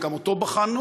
וגם אותו בחנו,